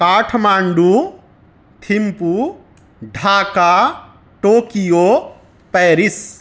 Kathmandu Thimphu Dhaka Tokyo Paris